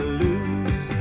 lose